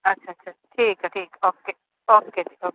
ਅੱਛਾ ਅੱਛਾ ਠੀਕ ਆ ਠੀਕ ਓਕੇ ਓਕੇ ਜੀ ਓਕੇ